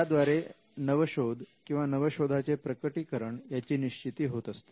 याद्वारे नवशोध किंवा नवशोधाचे प्रकटीकरण याची निश्चिती होत असते